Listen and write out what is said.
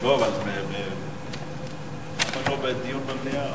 ההצעה להעביר את הנושא לוועדת החוץ והביטחון נתקבלה.